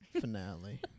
finale